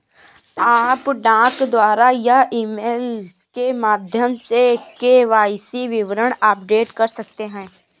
आप डाक द्वारा या ईमेल के माध्यम से के.वाई.सी विवरण अपडेट कर सकते हैं